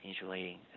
insulating